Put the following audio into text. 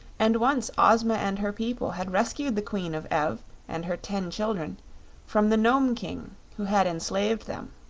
and once ozma and her people had rescued the queen of ev and her ten children from the nome king, who had enslaved them.